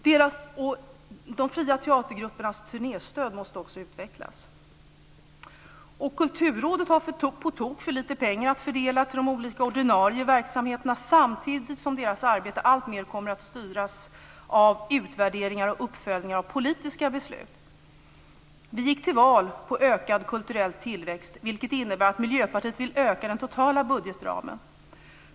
De fria teatergruppernas turnéstöd måste också utvecklas. Kulturrådet har på tok för lite pengar att fördela till de olika ordinarie verksamheterna samtidigt som deras arbete alltmer kommer att styras av utvärderingar och uppföljningar av politiska beslut. Vi gick till val på ökad kulturell tillväxt, vilket innebär att Miljöpartiet vill öka den totala budgetramen.